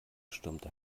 stürmte